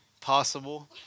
possible